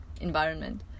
environment